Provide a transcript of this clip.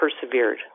persevered